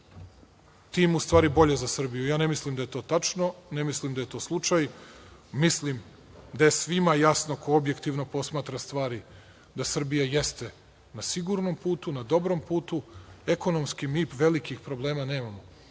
tim u stvari bolje za Srbiju. Ja ne mislim da je to tačno. Ne mislim da je to slučaj. Mislim da je svima jasno ko objektivno posmatra stvari da Srbija jeste na sigurnom putu, na dobrom putu. Ekonomski mi velikih problema nemamo.